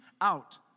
out